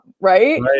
Right